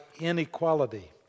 inequality